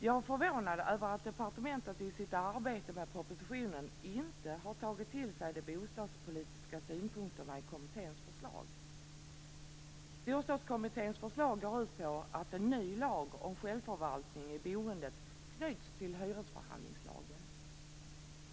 Jag är förvånad över att departementet i sitt arbete med propositionen inte har tagit till sig de bostadspolitiska synpunkterna i kommitténs förslag. Storstadskommitténs förslag går ut på att en ny lag om självförvaltning i boendet knyts till hyresförhandlingslagen.